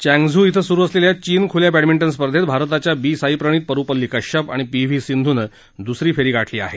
Changzhou क्विं सुरू असलेल्या चीन खुल्या बॅडमिंटन स्पर्धेत भारताच्या बी साई प्रणित परुपल्ली कश्यप आणि पी व्ही सिंधूनं दूसरी फेरी गाठली आहे